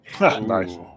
Nice